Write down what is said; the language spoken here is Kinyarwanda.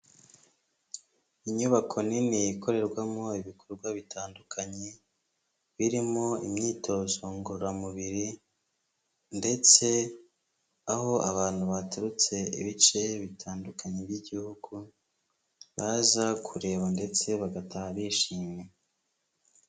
Inyubako nini ikorerwamo ibikorwa bitandukanye, birimo imyitozo ngororamubiri ndetse aho abantu baturutse ibice bitandukanye by'igihugu baza kureba ndetse bagataha bishimye.